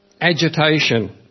agitation